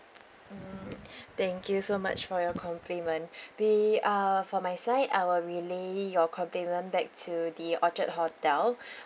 mm thank you so much for your compliment we uh from my side I will relay your compliment back to the orchard hotel